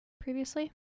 previously